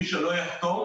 מי שלא יחתום,